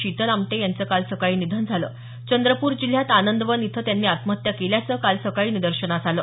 शीतल आमटे यांचं काल सकाळी निधन झालं चंद्रपूर जिल्ह्यात आनंदवन इथं त्यांनी आत्महत्या केल्याचं काल सकाळी निदर्शनास आलं